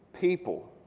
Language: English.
people